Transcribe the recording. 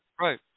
Right